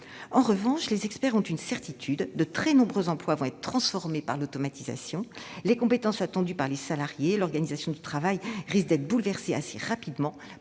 En revanche, les experts ont une certitude : de très nombreux emplois vont être transformés par l'automatisation. Les compétences attendues des salariés, l'organisation du travail risquent d'être bouleversées assez rapidement